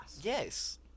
Yes